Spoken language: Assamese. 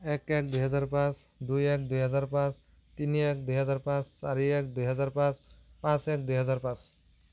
এক এক দুহেজাৰ পাঁচ দুই এক দুহেজাৰ পাঁচ তিনি এক দুহেজাৰ পাঁচ চাৰি এক দুহেজাৰ পাঁচ পাঁচ এক দুহেজাৰ পাঁচ